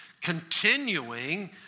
continuing